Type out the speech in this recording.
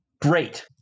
great